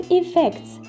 effects